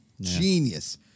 Genius